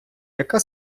яка